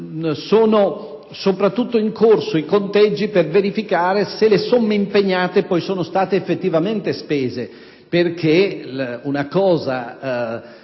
- e soprattutto sono in corso i conteggi per verificare se le somme impegnate sono state poi effettivamente spese, perché una cosa